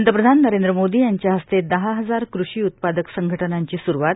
पंतप्रधान नरेंद्र मोदी यांच्या हस्ते दहा हजार कृषी उत्पादक संघटनांची सुरूवात